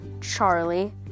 Charlie